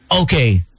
Okay